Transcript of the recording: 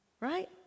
right